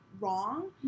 wrong